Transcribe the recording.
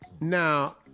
Now